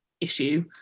issue